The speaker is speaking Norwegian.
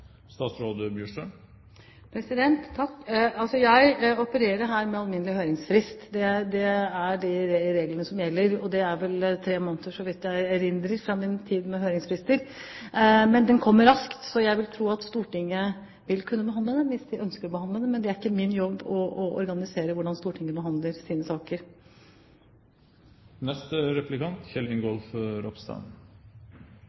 Jeg opererer her med alminnelig høringsfrist. Det er de reglene som gjelder. Så vidt jeg erindrer fra min tid med høringsfrister, er det tre måneder. Men den kommer raskt, så jeg vil tro at Stortinget vil kunne behandle den hvis de ønsker å behandle den. Men det er ikke min jobb å organisere hvordan Stortinget behandler sine saker.